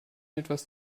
etwas